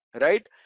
Right